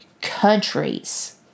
countries